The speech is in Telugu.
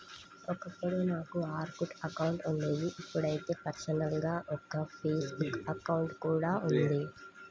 ఒకప్పుడు నాకు ఆర్కుట్ అకౌంట్ ఉండేది ఇప్పుడైతే పర్సనల్ గా ఒక ఫేస్ బుక్ అకౌంట్ కూడా ఉంది